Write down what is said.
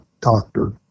Doctor